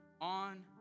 on